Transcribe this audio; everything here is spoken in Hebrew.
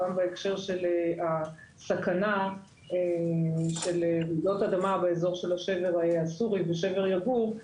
גם בהקשר של הסכנה של רעידות אדמה באזור של השבר הסורי ושבר יגור,